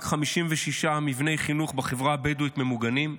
רק 56% מבני חינוך בחברה הבדואית ממוגנים,